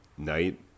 night